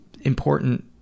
important